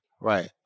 right